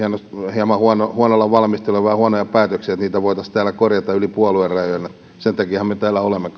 hieman huonolla huonolla valmistelulla vähän huonoja päätöksiä niitä voitaisiin täällä korjata yli puoluerajojen sen takiahan me täällä olemme